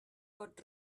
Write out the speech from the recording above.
pot